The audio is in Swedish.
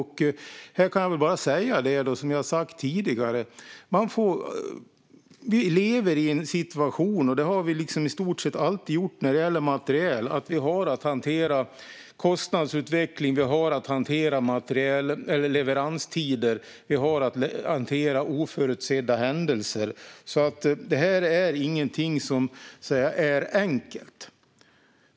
Här kan jag väl bara säga det som jag har sagt tidigare. Vi lever i en situation - och det har vi i stort sett alltid gjort när det gäller materiel - där vi har att hantera kostnadsutveckling, leveranstider och oförutsedda händelser. Detta är inget som är enkelt.